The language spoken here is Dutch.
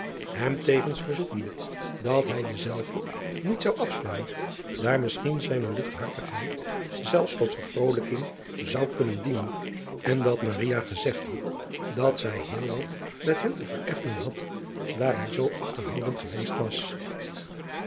hem tevens verzoekende dat hij dezelve niet zou afslaan daar misschien zijne luchthartigheid zelfs tot vervrolijking zou kunnen dienen en dat gezegd had dat zij heel wat met hem te vereffenen had daar hij zoo achterhoudend geweest was